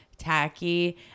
tacky